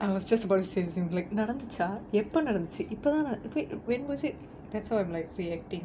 I was just about the same thing நடந்துச்சா எப்ப நடந்துச்சு இப்ப தான் நடந்து:nadanthuchaa eppa nadanthuchu ippa thaan nadanthu wait when was it that's how I'm like reacting